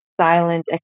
silent